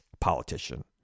politician